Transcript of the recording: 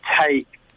take